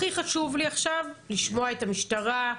הכי חשוב לי עכשיו לשמוע את המשטרה,